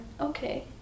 Okay